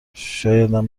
شایدم